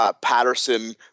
Patterson